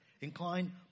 Incline